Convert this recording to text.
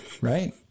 Right